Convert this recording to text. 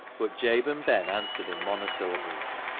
but jabe and ben answered in mono syllables,